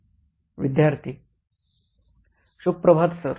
सर्व विद्यार्थीः शुभ प्रभात सर